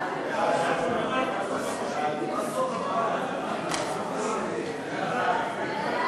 ההצעה להעביר את הצעת חוק הגנת